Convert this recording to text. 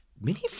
mini